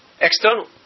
external